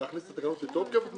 להכניס את ההוראות לתוקף?